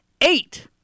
Eight